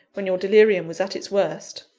when your delirium was at its worst.